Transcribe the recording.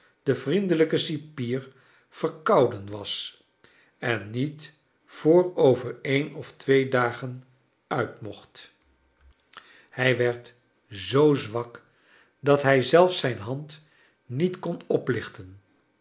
de vriendelijke cipier verkouden was en niet voor over sen of twee dagen uit mocht hij werd zoo zwak dat hij zelfs zijn hand niet kon oplichten